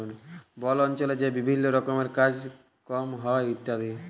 বল অল্চলে যে বিভিল্ল্য রকমের কাজ কম হ্যয় ইত্যাদি